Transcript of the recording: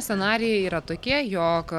scenarijai yra tokie jog